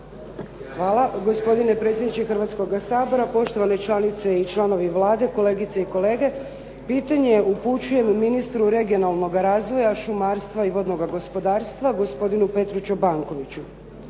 Hvala. Gospodine predsjedniče Hrvatskoga sabora, poštovane članice i članovi Vlade, kolegice i kolege. Pitanje upućujem ministru regionalnoga razvoja, šumarstva i vodnoga gospodarstva gospodinu Petru Čobankoviću.